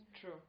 true